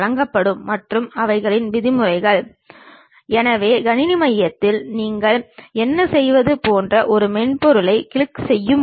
ஏதாவது ஒரு ஒளிரும் விளக்கை கொண்டு அதன் ஏறியத்தை பெறும்பொழுது A என்ற பக்கம் மட்டுமே தெரியும்